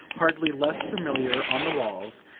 hardly less familiar, on the walls,